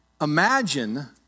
imagine